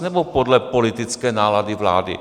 Nebo podle politické nálady vlády?